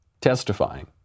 testifying